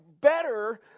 better